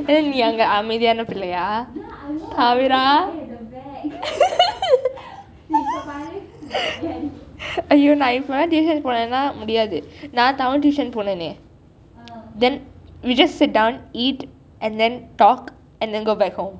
நீ அங்கே அமைதியான பிள்ளையா அப்ரம்:ni ankei amaithiyaana pillaiya apram !aiyo! நான் இப்பே:naan ippai tuition போனானா முடியாது நான் தமிழ்:ponana mudiyathu naan tamil tuition போனேனே:ponenei then we just sit down eat and then talk and then go back home